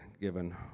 given